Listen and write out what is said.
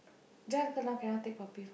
Jack uncle now cannot take puppy